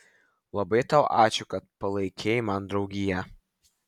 labai tau ačiū kad palaikei man draugiją